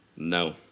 No